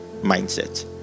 mindset